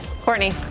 Courtney